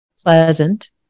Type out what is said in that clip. pleasant